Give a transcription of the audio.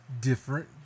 different